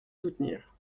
soutenir